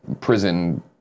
prison